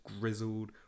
grizzled